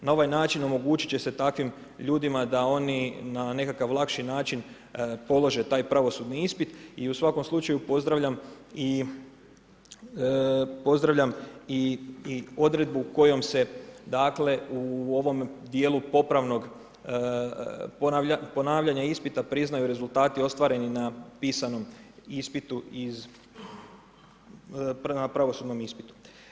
Na ovaj način omogućit će se takvim ljudima da oni na nekakav lakši način polože taj pravosudni ispit i u svakom slučaju pozdravljam i odredbu kojom se dakle, u ovom dijelu popravnog ponavljanja ispita priznaju rezultati ostvareni na pisanom ispitu iz, na pravosudnom ispitu.